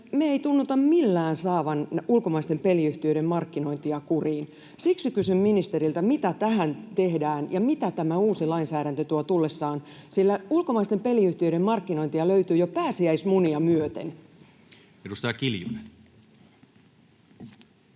me ei tunnuta millään saavan ulkomaisten peliyhtiöiden markkinointia kuriin. Siksi kysyn ministeriltä: mitä tähän tehdään, ja mitä tämä uusi lainsäädäntö tuo tullessaan, sillä ulkomaisten peliyhtiöiden markkinointia löytyy jo pääsiäismunia myöten? [Speech